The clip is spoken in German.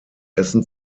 essen